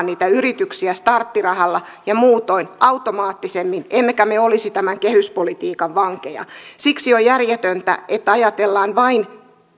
niitä yrityksiä starttirahalla ja muutoin automaattisemmin emmekä me olisi tämän kehyspolitiikan vankeja siksi on järjetöntä että ajatellaan vain